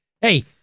Hey